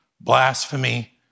blasphemy